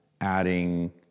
adding